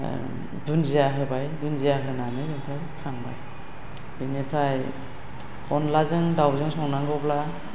दुन्दिया होबाय दुन्दिया होनानै ओमफ्राय खांबाय बेनिफ्राय अनलाजों दाउजों संनांगौब्ला